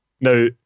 Now